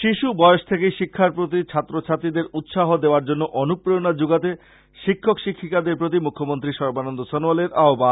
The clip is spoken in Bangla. শিশু বয়স থেকেই শিক্ষার প্রতি ছাত্র ছাত্রীদের উৎসাহ দেবার জন্য অনুপ্রেরনা যোগাতে শিক্ষক শিক্ষয়িত্রীদের প্রতি মুখ্যমন্ত্রী সর্বানন্দ সনোয়ালের আহ্বান